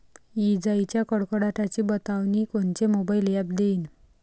इजाइच्या कडकडाटाची बतावनी कोनचे मोबाईल ॲप देईन?